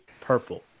purple